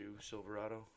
Silverado